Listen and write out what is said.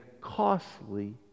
costly